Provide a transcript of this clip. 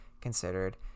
considered